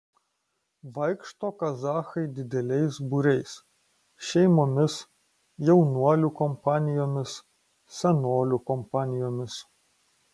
vaikšto kazachai dideliais būriais šeimomis jaunuolių kompanijomis senolių kompanijomis